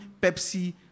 Pepsi